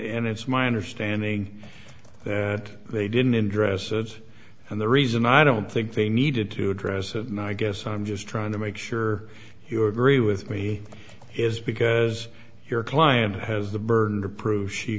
and it's my understanding that they didn't in dresses and the reason i don't think they needed to address and i guess i'm just trying to make sure you agree with me is because your client has the burden to prove she